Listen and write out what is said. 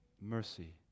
Mercy